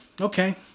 okay